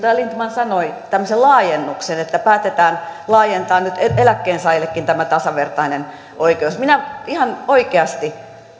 sanoi tämmöisen laajennuksen että päätetään laajentaa nyt eläkkeensaajillekin tämä tasavertainen oikeus minä ihan oikeasti